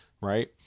right